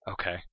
Okay